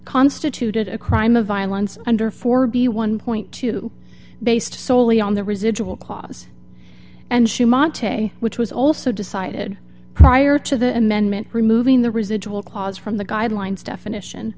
constituted a crime of violence under four b one point two based solely on the residual clause and she monterey which was also decided prior to the amendment removing the residual clause from the guidelines definition